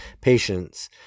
patience